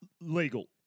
Legal